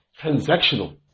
transactional